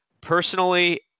Personally